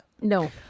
No